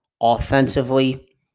offensively